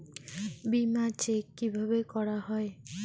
বিমা চেক কিভাবে করা হয়?